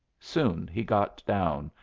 soon he got down,